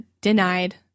denied